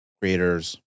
creators